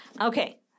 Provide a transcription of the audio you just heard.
Okay